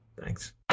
Thanks